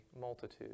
multitude